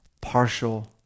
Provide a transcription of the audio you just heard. partial